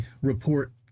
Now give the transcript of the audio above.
report